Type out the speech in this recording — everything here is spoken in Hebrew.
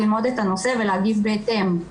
ללמוד את הנושא ולהגיב בהתאם.